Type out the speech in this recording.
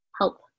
help